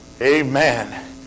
Amen